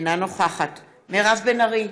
אינה נוכחת מירב בן ארי,